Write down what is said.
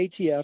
ATF